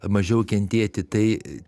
mažiau kentėti tai